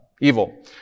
evil